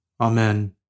Amen